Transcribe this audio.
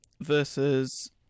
versus